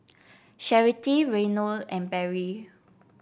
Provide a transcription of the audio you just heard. Charity Reynold and Barry